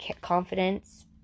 confidence